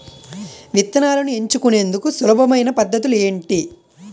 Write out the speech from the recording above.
విత్తనాలను ఎంచుకునేందుకు సులభమైన పద్ధతులు ఏంటి?